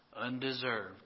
Undeserved